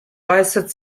äußert